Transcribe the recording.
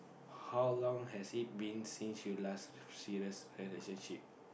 how long has it been since you last serious relationship